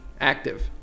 active